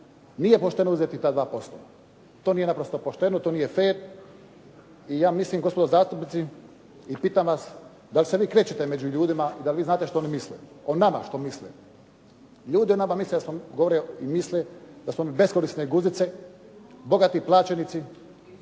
nije pošteno uzeti ta 2%. To nije naprosto pošteno, to nije fer. I ja mislim gospodo zastupnici i pitam vas da li se vi krećete među ljudima da li vi znate što oni misle o nama? Ljudi govore i misle da smo mi beskorisne guzice, bogati plaćenici